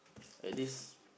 at this